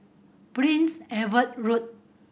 Prince Edward Road